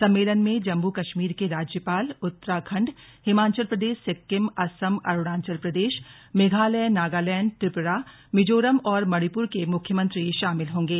सम्मेलन में जम्मू कश्मीर के राज्यपाल उत्तराखंड हिमाचल प्रदेश सिक्किम असम अरुणाचल प्रदेश मेघालय नगालैंड त्रिपुरा मिजोरम और मणिपुर के मुख्यमंत्री शामिल होंगे